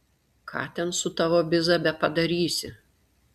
ką ten su tavo biza bepadarysi